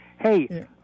Hey